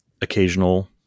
occasional